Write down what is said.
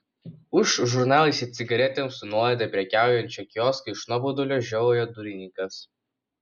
už žurnalais ir cigaretėm su nuolaida prekiaujančio kiosko iš nuobodulio žiovauja durininkas